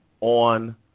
on